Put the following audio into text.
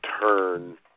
turn